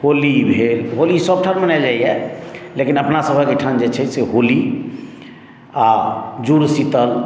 होली भेल होली सभठाम मनायल जाइए लेकिन अपनासभक एहिठाम जे छै से होली आ जुड़शीतल